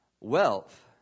Wealth